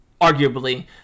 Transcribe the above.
Arguably